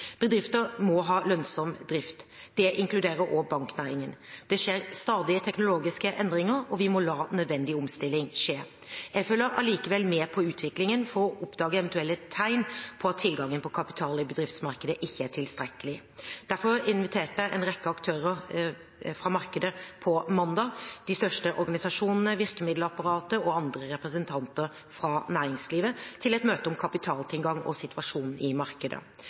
Bedrifter må ha lønnsom drift. Det inkluderer også banknæringen. Det skjer stadig teknologiske endringer, og vi må la nødvendig omstilling skje. Jeg følger allikevel med på utviklingen for å oppdage eventuelle tegn på at tilgangen på kapital i bedriftsmarkedet ikke er tilstrekkelig. Derfor inviterte jeg på mandag en rekke aktører fra markedet – de største organisasjonene, virkemiddelapparatet og andre representanter fra næringslivet – til et møte om kapitaltilgangen og situasjonen i